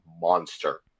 monster